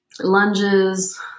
lunges